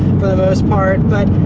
for the most part, but,